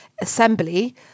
assembly